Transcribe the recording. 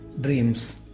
dreams